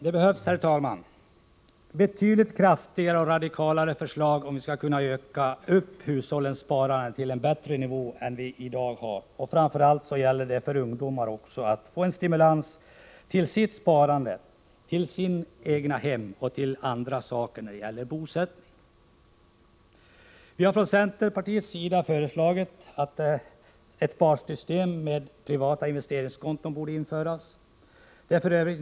Det behövs betydligt kraftigare och radikalare förslag om vi skall kunna utöka hushållens sparande till en bättre nivå än vi har i dag. Framför allt gäller det att stimulera ungdomarnas sparande -— till sitt egna hem och till andra saker när det gäller bosättning. Vi har från centerpartiets sida föreslagit att ett sparsystem med privata investeringskonton borde införas. Det är f.ö.